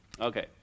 Okay